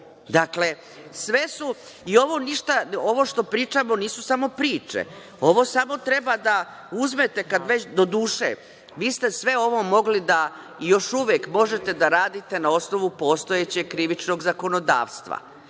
mafije? Nećete. Ovo što pričamo nisu samo priče. Ovo samo treba da uzmete. Doduše, vi ste sve ovo mogli i još uvek možete da radite na osnovu postojećeg krivičnog zakonodavstva.